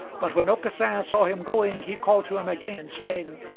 but when aucassin saw him going he called to him again, saying,